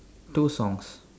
two songs